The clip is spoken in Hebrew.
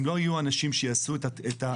אם לא יהיו אנשים שיעשו את המפרטים,